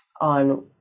on